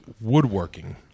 woodworking